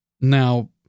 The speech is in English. Now